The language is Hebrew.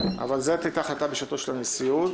אבל זו היתה ההחלטה בשעתו של הנשיאות.